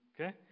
Okay